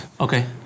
Okay